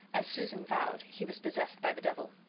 as susan vowed, he was possessed by the devil.